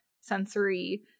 sensory